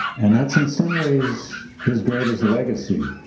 and that's in some ways his greatest legacy,